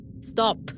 Stop